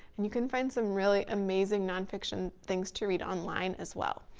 and you can find some really amazing, non-fiction things to read online as well.